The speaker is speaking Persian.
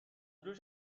روش